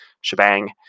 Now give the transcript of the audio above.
shebang